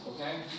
okay